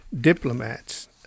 diplomats